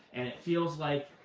and it feels like